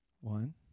One